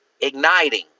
igniting